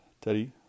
Teddy